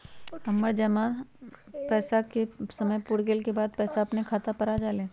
हमर जमा पैसा के समय पुर गेल के बाद पैसा अपने खाता पर आ जाले?